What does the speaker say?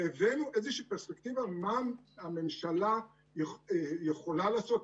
והבאנו איזושהי פרספקטיבה מה הממשלה יכולה לעשות,